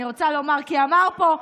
כי אמר פה,